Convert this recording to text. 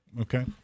Okay